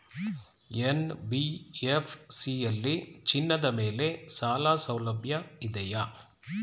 NBFC ಯಲ್ಲಿ ಚಿನ್ನದ ಮೇಲೆ ಸಾಲಸೌಲಭ್ಯ ಇದೆಯಾ?